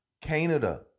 Canada